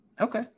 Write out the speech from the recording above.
Okay